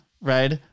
right